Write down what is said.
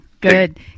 good